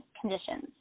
conditions